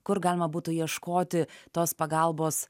kur galima būtų ieškoti tos pagalbos